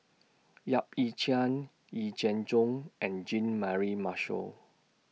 Yap Ee Chian Yee Jenn Jong and Jean Mary Marshall